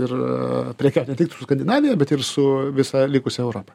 ir prekiaut ne tik su skandinavija bet ir su visa likusia europa